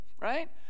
right